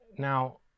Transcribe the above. Now